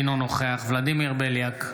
אינו נוכח ולדימיר בליאק,